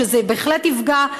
שזה בהחלט יפגע.